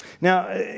Now